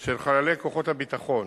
של חללי כוחות הביטחון: